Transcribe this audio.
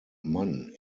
mann